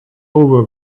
over